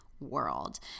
World